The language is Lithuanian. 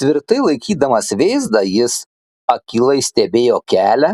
tvirtai laikydamas vėzdą jis akylai stebėjo kelią